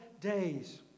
days